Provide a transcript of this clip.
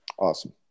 Awesome